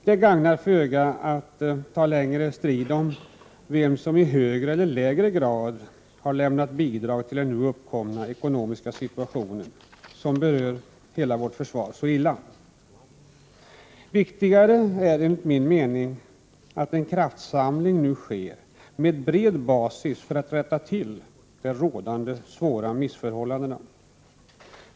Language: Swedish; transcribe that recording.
Det gagnar föga att ta en längre strid om vem som i högre eller lägre grad har lämnat bidrag till den nu uppkomna ekonomiska situationen, som berör hela vårt försvar så illa. Viktigare är enligt min mening att en kraftsamling nu sker på bred basis för att rätta till rådande svåra missförhållanden.